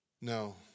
No